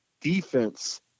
defense